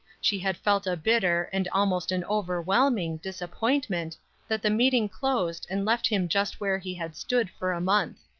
she had felt a bitter, and almost an overwhelming, disappointment that the meeting closed and left him just where he had stood for a month.